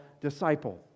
disciple